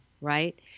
right